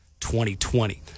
2020